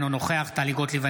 אינו נוכח טלי גוטליב,